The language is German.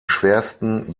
schwersten